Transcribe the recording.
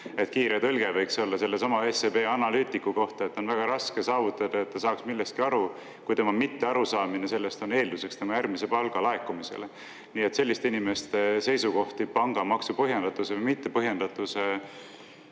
Kiire tõlge võiks see olla sellesama SEB analüütiku kohta: "On väga raske saavutada, et ta saaks millestki aru, kui tema mitte arusaamine sellest on eelduseks tema järgmise palga laekumisele." Selliste inimeste seisukohti pangamaksu põhjendatuse või mitte põhjendatuse